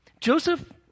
Joseph